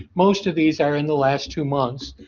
most of these are in the last two months.